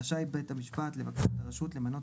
רשאי בית המשפט לבקש מהרשות למנות